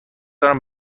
دارم